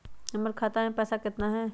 हमर खाता मे पैसा केतना है?